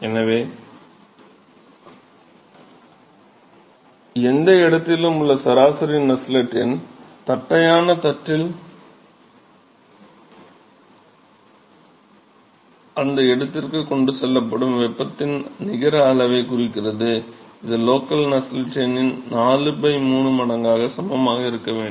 எனவே எந்த இடத்திலும் உள்ள சராசரி நஸ்ஸெல்ட் எண் தட்டையான தட்டில் அந்த இடத்திற்கு கொண்டு செல்லப்படும் வெப்பத்தின் நிகர அளவைக் குறிக்கிறது இது லோக்கல் நஸ்ஸெல்ட் எண்ணின் 4 3 மடங்குக்கு சமமாக இருக்க வேண்டும்